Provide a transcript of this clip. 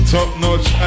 Top-notch